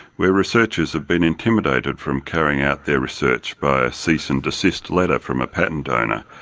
where researchers have been intimidated from carrying out their research by a cease and desist letter from a patent owner.